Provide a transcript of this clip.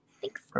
Thanks